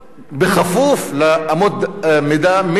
בכפוף לאמות מידה מקצועיות.